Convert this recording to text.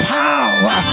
power